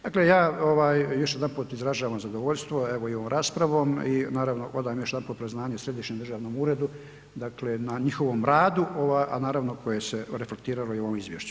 Dakle ja još jedanput izražavam zadovoljstvo evo i ovom raspravom i naravno odam još jedanput priznanje središnjem državnom uredu dakle na njihovom radu a naravno koje se reflektiralo i u ovom izvješću.